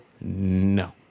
no